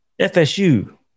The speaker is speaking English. FSU